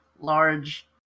large